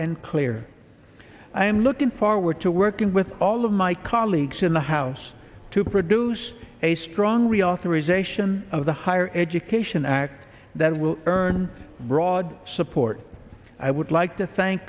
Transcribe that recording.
and clear i am looking forward to working with all of my colleagues in the house to produce a strong reauthorization of the higher education act that will earn broad support i would like to thank